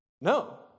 No